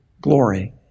glory